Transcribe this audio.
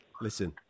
Listen